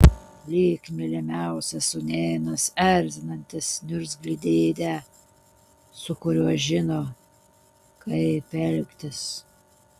lyg mylimiausias sūnėnas erzinantis niurzglį dėdę su kuriuo žino kaip elgtis